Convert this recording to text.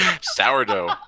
Sourdough